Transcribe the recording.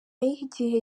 y’igihe